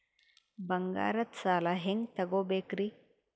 ಬಂಗಾರದ್ ಸಾಲ ಹೆಂಗ್ ತಗೊಬೇಕ್ರಿ?